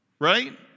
right